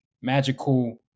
magical